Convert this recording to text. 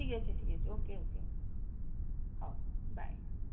ଠିକ୍ ଅଛି ଠିକ୍ ଅଛି ଓକେ ଓକେ ହଉ ବାଏ